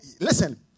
listen